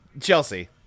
Chelsea